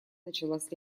началась